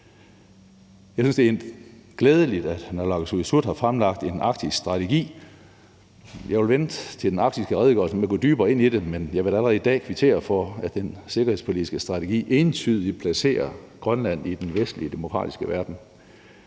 Jeg synes, det er glædeligt, at naalakkersuisut har fremlagt en arktisk strategi. Jeg vil vente til den arktiske redegørelse med at gå i dybere ind i det, men jeg vil da allerede i dag kvittere for, at den sikkerhedspolitiske strategi entydigt placerer Grønland i den vestlige demokratiske verden.